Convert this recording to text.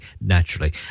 Naturally